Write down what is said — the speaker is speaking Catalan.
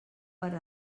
per